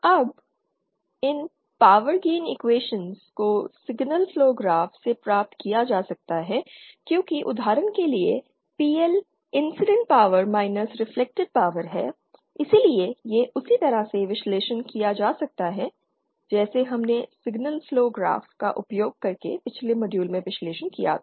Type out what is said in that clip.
अब इन power gain equations को सिग्नल फ्लो ग्राफ से प्राप्त किया जा सकता है क्योंकि उदाहरण के लिए PL incident power minus reflected power है इसलिए ये उसी तरह से विश्लेषण किया जा सकता है जैसे हमने सिग्नल फ्लोग्राफ़ का उपयोग करके पिछले मॉड्यूल में विश्लेषण किया था